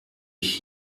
ich